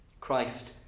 christ